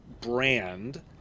brand